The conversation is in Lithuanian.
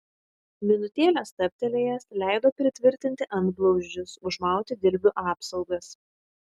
minutėlę stabtelėjęs leido pritvirtinti antblauzdžius užmauti dilbių apsaugas